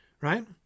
Right